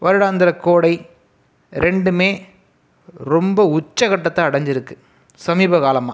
வருடாந்திர கோடை ரெண்டுமே ரொம்ப உச்சகட்டத்தை அடைஞ்சிருக்கு சமீப காலமாக